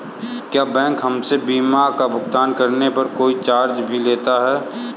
क्या बैंक हमसे बिल का भुगतान करने पर कोई चार्ज भी लेता है?